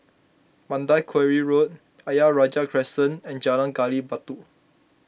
Mandai Quarry Road Ayer Rajah Crescent and Jalan Gali Batu